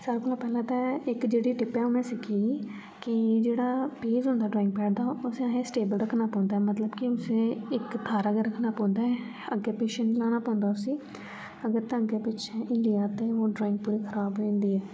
सारे कोला पैह्ले ते इक जेह्ड़ी टिप्प ऐ में ओह् सिक्खी ही कि जेह्ड़ा पेज होंदा ड्राइंग पैड दा उसी अहें स्टेबल रक्खना पौंदा मतलब कि उस इक थाह्रै गै रक्खना पौंदा ऐ अग्गें पिच्छें नी ल्हाना पौंदा उसी अगर ते अग्गें पिच्छें हिल्लेआ ते ओह् ड्राइंग पूरी खराब होई जन्दी ऐ